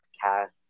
cast